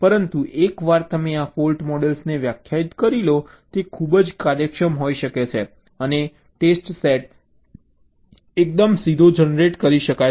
પરંતુ એકવાર તમે આ ફૉલ્ટ મોડલ્સને વ્યાખ્યાયિત કરી લો તે ખૂબ જ કાર્યક્ષમ હોઈ શકે છે અને ટેસ્ટ સેટ એકદમ સીધો જનરેટ કરી શકાય છે